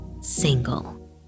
single